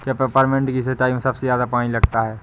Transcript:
क्या पेपरमिंट की सिंचाई में सबसे ज्यादा पानी लगता है?